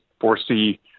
foresee